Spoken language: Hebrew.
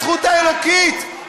הזכות האלוקית,